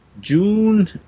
June